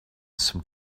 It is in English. some